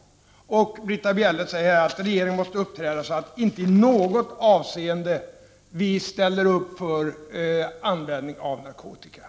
Britta Bjelle säger att regeringen måste uppträda så, att vi inte i något avseende ställer upp för användningen av narkotika.